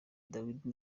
dawidi